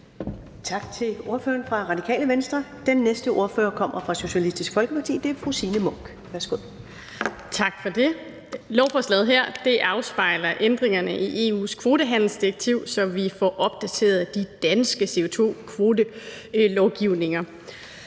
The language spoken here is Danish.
Tak til ordføreren fra Radikale Venstre. Den næste ordfører kommer fra Socialistisk Folkeparti, og det er fru Signe Munk. Værsgo. Kl. 10:21 (Ordfører) Signe Munk (SF): Tak for det. Lovforslaget her afspejler ændringerne i EU's kvotehandelsdirektiv, så vi får opdateret de danske CO2-kvotelovgivninger.